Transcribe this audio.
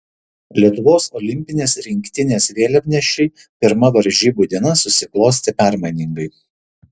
lietuvos olimpinės rinktinės vėliavnešei pirma varžybų diena susiklostė permainingai